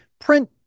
Print